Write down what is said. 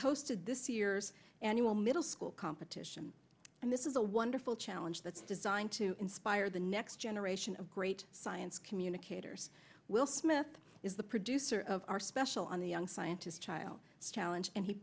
this year's annual middle school competition and this is a wonderful challenge that's designed to inspire the next generation of great science communicators will smith is the producer of our special on the young scientist child salinger and he